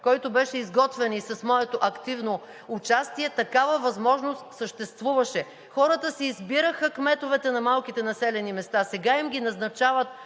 който беше изготвен и с моето активно участие, такава възможност съществуваше – хората си избираха кметовете на малките населени места. Сега им ги назначават